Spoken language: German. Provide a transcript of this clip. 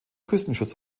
küstenschutz